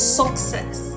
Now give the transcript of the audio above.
success